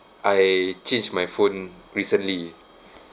I changed my phone recently